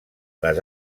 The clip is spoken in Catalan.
les